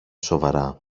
σοβαρά